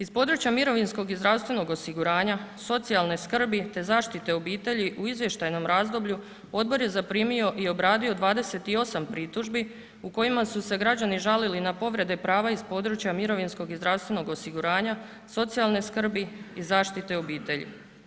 Iz područja mirovinskog i zdravstvenog osiguranja, socijalne skrbi te zaštite obitelji u izvještajnom razdoblju odbor je zaprimio i obradio 28 pritužbi u kojima su se građani žalili na povrede prava iz područja mirovinskog i zdravstvenog osiguranja, socijalne skrbi i zaštite obitelji.